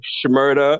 Shmurda